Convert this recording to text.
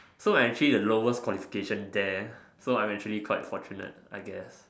so I'm actually the lowest qualification there so I'm actually quite fortunate I guess